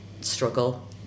struggle